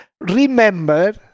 remember